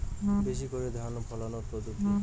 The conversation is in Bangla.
বেশি করে ধান ফলানোর পদ্ধতি?